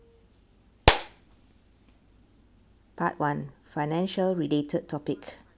part one financial related topic